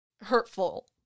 hurtful